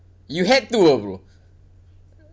you had to ah bro